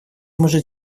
может